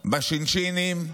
בשינשינים,